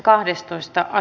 asia